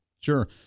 Sure